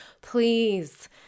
please